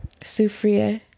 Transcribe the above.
Sufria